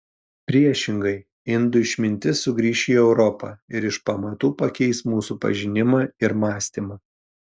priešingai indų išmintis sugrįš į europą ir iš pamatų pakeis mūsų pažinimą ir mąstymą